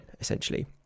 essentially